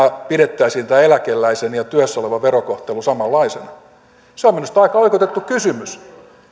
pidettäisiin eläkeläisen ja työssä olevan verokohtelu samanlaisena se on minusta aika oikeutettu kysymys